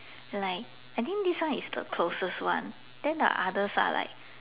like I think this one is the closest one then the others are like